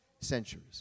centuries